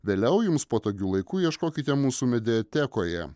vėliau jums patogiu laiku ieškokite mūsų mediatekoje